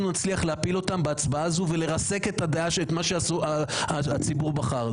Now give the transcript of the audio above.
נצליח להפיל אותם בהצבעה הזו ולרסק את מה שהציבור בחר.